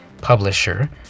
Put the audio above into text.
publisher